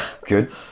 Good